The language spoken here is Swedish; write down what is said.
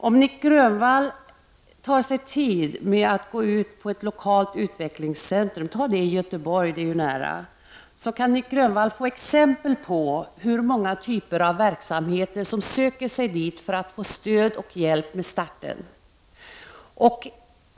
Om Nic Grönvall skulle ta sig tid att gå ut till ett lokalt utvecklingscentrum — t.ex. det i Göteborg, det är nära — så skulle han få exempel på hur många typer av verksamheter som söker sig dit för att få stöd och hjälp i starten.